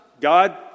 God